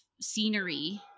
scenery